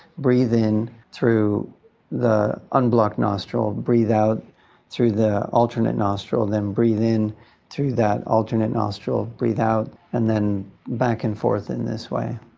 breathe in through the unblocked nostril, breathe out through the alternate nostril, then breathe in through that alternate nostril, breathe out and then back and forth in this way.